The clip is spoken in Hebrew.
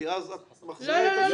כי אז את מחזירה --- לא,